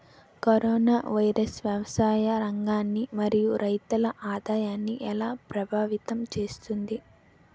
Corona virus వ్యవసాయ రంగాన్ని మరియు రైతుల ఆదాయాన్ని ఎలా ప్రభావితం చేస్తుంది?